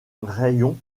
raïon